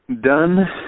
Done